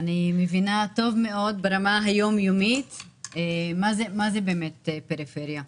אני מבינה טוב מאוד ברמה היום-יומית מה זו באמת פריפריה.